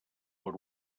per